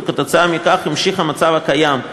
וכתוצאה מכך נמשך המצב הקיים,